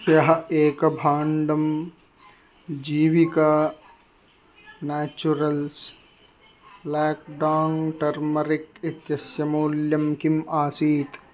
ह्यः एकभाण्डं Jeevika naturals Lakadong turmeric इत्यस्य मूल्यं किम् आसीत्